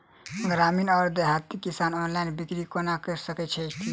ग्रामीण वा देहाती किसान ऑनलाइन बिक्री कोना कऽ सकै छैथि?